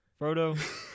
Frodo